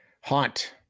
Haunt